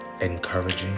encouraging